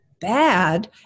bad